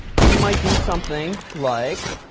we might do something like